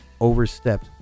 overstepped